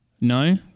No